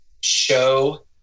show